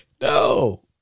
No